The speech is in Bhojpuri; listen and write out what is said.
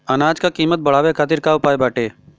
अनाज क कीमत बढ़ावे खातिर का उपाय बाटे?